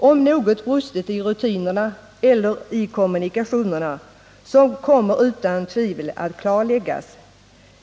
Och om något brustit i rutinerna eller i kommunikationerna, kommer detta utan tvivel att klarläggas.